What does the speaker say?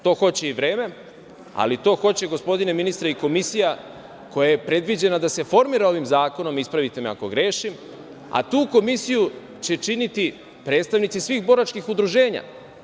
To hoće i vreme, ali to hoće, gospodine ministre, i komisija koja je predviđena da se formira ovim zakonom, ispravite me ako grešim, a tu komisiju će činiti predstavnici svih boračkih udruženja.